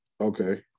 Okay